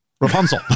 Rapunzel